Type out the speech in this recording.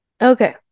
okay